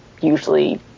usually